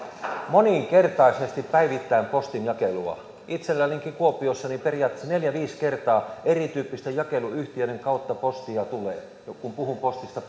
moninkertaisesti päivittäin postinjakelua itsellänikin kuopiossa periaatteessa neljä viiva viisi kertaa erityyppisten jakeluyhtiöiden kautta postia tulee kun puhun postista